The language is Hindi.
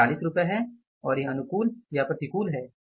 यह 40 रुपये है और यह अनुकूल या प्रतिकूल है